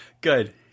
Good